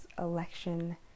election